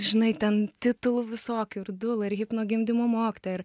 žinai ten titulų visokių ir dula hipno gimdymo mokytoja ir